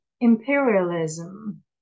imperialism